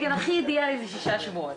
כן, הכי אידיאלי זה שישה שבועות.